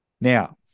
Now